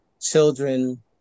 children